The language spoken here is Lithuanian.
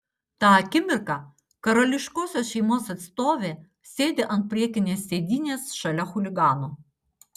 tą akimirką karališkosios šeimos atstovė sėdi ant priekinės sėdynės šalia chuligano